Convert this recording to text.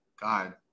God